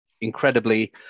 incredibly